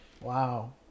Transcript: Wow